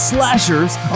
Slashers